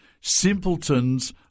Simpletons